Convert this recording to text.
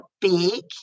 big